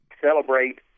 celebrate